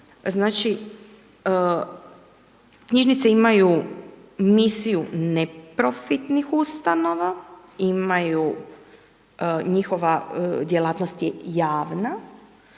znači knjižnice imaju misiju neprofitnih ustanova, imaju njihova djelatnost je javna,